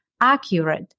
accurate